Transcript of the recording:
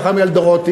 לאחר מכן את אלדרוטי,